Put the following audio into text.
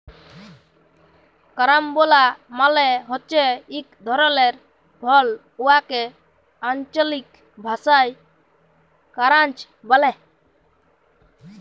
carambola মালে হছে ইক ধরলের ফল উয়াকে আল্চলিক ভাষায় কারান্চ ব্যলে